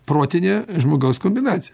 protinė žmogaus kombinacija